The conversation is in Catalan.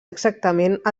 exactament